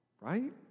right